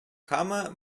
кама